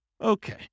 Okay